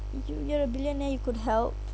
if you you're a billionaire you could help